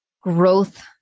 growth